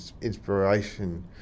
inspiration